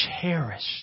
cherished